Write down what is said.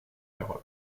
europe